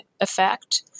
effect